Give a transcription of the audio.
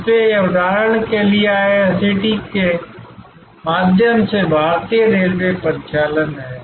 इसलिए यह उदाहरण के लिए IRCTC के माध्यम से भारतीय रेलवे परिचालन है